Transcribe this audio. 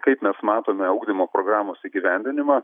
kaip mes matome ugdymo programos įgyvendinimą